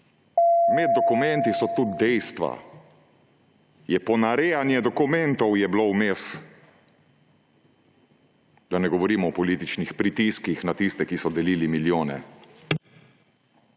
Med dokumenti so tudi dejstva. Ponarejanje dokumentov je bilo vmes, da ne govorim o političnih pritiskih na tiste, ki so delili milijone.